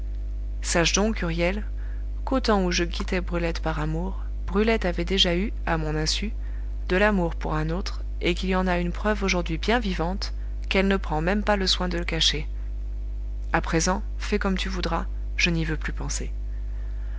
sache donc huriel qu'au temps où je quittais brulette par amour brulette avait déjà eu à mon insu de l'amour pour un autre et qu'il y en a une preuve aujourd'hui bien vivante qu'elle ne prend même pas le soin de cacher à présent fais comme tu voudras je n'y veux plus penser